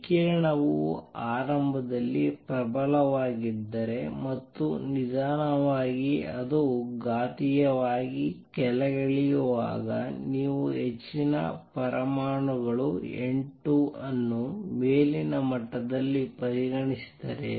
ವಿಕಿರಣವು ಆರಂಭದಲ್ಲಿ ಪ್ರಬಲವಾಗಿದ್ದರೆ ಮತ್ತು ನಿಧಾನವಾಗಿ ಅದು ಘಾತೀಯವಾಗಿ ಕೆಳಗಿಳಿಯುವಾಗ ನೀವು ಹೆಚ್ಚಿನ ಪರಮಾಣುಗಳು N2 ಅನ್ನು ಮೇಲಿನ ಮಟ್ಟದಲ್ಲಿ ಪರಿಗಣಿಸಿದರೆ